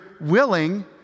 willing